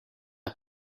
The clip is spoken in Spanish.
has